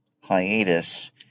hiatus